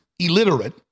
illiterate